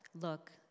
Look